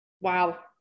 Wow